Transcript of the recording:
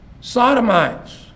sodomites